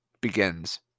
begins